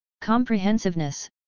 Comprehensiveness